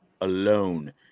alone